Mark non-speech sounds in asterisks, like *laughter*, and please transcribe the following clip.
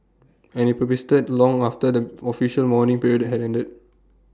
and IT *unintelligible* long after the official mourning period had ended